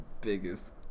biggest